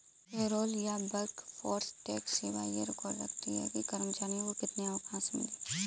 payroll या workforce tax सेवा यह रिकॉर्ड रखती है कि कर्मचारियों को कितने अवकाश मिले